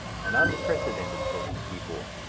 an unprecedented sort of people,